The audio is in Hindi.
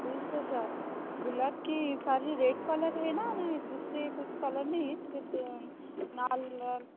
बीस हजार गुलाब की सारी रेड कलर है न दूसरे कुछ कलर नहीं सिर्फ लाल कलर